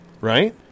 Right